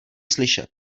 slyšet